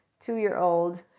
two-year-old